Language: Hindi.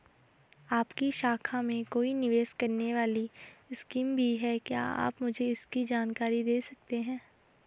आपकी शाखा में कोई निवेश करने वाली स्कीम भी है क्या आप मुझे इसकी जानकारी दें सकते हैं?